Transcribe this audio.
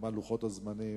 מה לוחות הזמנים?